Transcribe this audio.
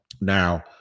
Now